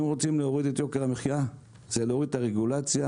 אם רוצים להוריד את יוקר המחיה זה להוריד את הרגולציה,